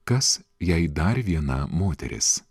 kas jei dar viena moteris